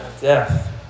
death